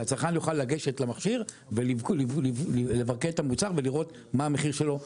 שהצרכן יוכל לגשת למכשיר ולבקש את המוצר ולראות מה המחיר שלו במחשב.